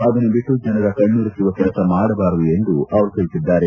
ಅದನ್ನು ಬಿಟ್ಟು ಜನರ ಕಣ್ಣೊರೆಸುವ ಕೆಲಸ ಮಾಡಬಾರದು ಎಂದು ಅವರು ತಿಳಿಸಿದ್ದಾರೆ